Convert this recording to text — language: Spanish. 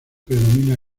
predomina